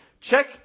check